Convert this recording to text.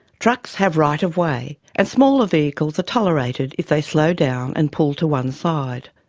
trucks have right of way and smaller vehicles are tolerated if they slow down and pull to one side.